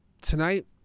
Tonight